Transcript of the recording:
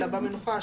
אלא במנוחה השבועית.